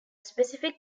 specific